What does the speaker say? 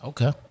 Okay